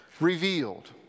Revealed